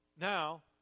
Now